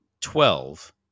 twelve